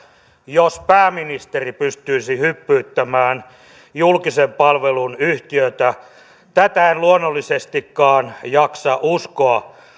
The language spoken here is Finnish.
jos pääministeri pystyisi hyppyyttämään julkisen palvelun yhtiötä tätä en luonnollisestikaan jaksa uskoa